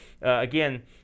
again